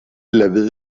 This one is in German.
level